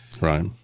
Right